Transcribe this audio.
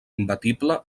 imbatible